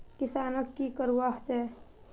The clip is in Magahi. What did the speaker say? किसानोक की करवा होचे?